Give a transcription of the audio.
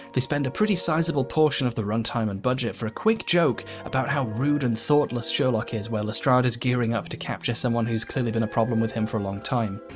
they spend a pretty sizeable portion of the run-time and budget for a quick joke about how rude and thoughtless sherlock is, while lestrade is gearing up to capture someone who's clearly been a problem with him for a long time.